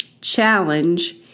challenge